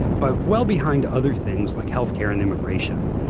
but well behind other things like health care and immigration.